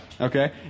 Okay